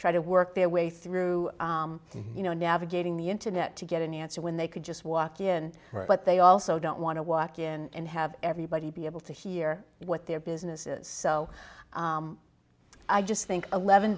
try to work their way through you know navigating the internet to get an answer when they could just walk in but they also don't want to walk in and have everybody be able to hear what their businesses so i just think eleven